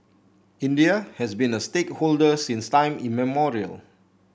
India has been a stakeholder since time immemorial